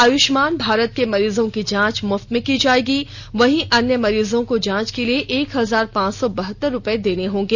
आयुष्मान भारत के मरीजों की जांच मुफ्त में की जाएगी वहीं अन्य मरीजों को जांच के लिए एक हजार पांच सौ बहत्तर रुपए देने होंगे